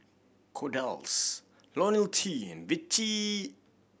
Kordel's Ionil T and Vichy